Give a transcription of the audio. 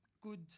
good